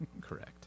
correct